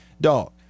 dog